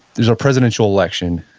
there's a presidential election.